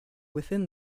within